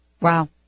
Wow